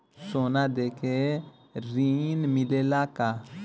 सोना देके ऋण मिलेला का?